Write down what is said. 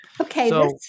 Okay